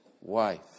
wife